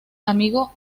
amigo